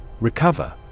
Recover